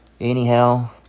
anyhow